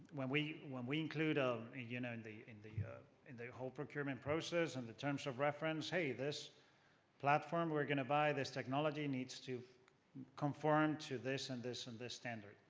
when we when we include, ah you know, and in the in the whole procurement process, and the terms of reference, hey, this platform, we're going to buy this technology, needs to conform to this and this and this standard.